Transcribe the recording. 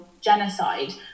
genocide